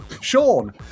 Sean